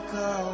go